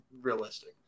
realistic